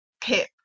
Pip